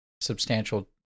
substantial